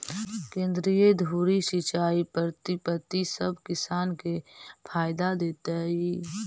केंद्रीय धुरी सिंचाई पद्धति सब किसान के फायदा देतइ